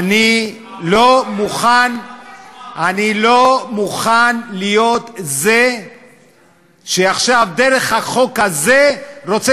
אני לא מוכן להיות זה שעכשיו דרך החוק הזה רוצה